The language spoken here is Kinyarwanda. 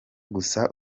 gusa